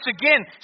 again